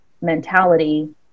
mentality